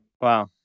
Wow